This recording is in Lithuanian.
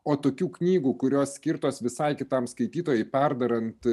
o tokių knygų kurios skirtos visai kitam skaitytojui perdarant